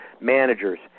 managers